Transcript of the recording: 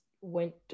went